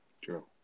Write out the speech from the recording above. True